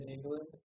England